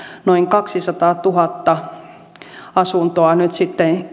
noin kaksisataatuhatta asuntoa nyt sitten